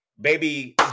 baby